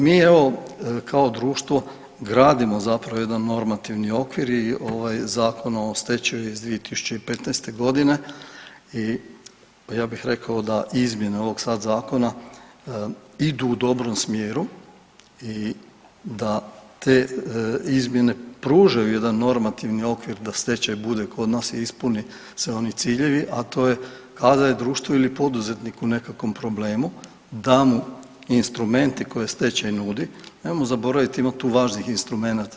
Mi evo kao društvo gradimo zapravo jedan normativni okvir i ovaj Zakon o stečaju je iz 2015. godine i ja bih rekao da izmjene ovog sad zakona idu u dobrom smjeru i da te izmjene pružaju jedan normativni okvir da stečaj bude kod nas i ispune se oni ciljevi a to je kada je društvo ili poduzetnik u nekakvom problemu, da mu instrumenti koje stečaj nudi, nemojmo zaboraviti ima tu važnih instrumenata.